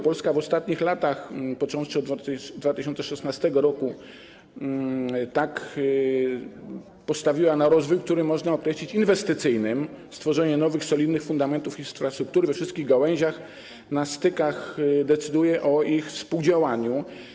Polska w ostatnich latach, począwszy od 2016 r., postawiła na rozwój, który można określić jako inwestycyjny, stworzenie nowych, solidnych fundamentów infrastruktury we wszystkich gałęziach, na stykach decyduje o ich współdziałaniu.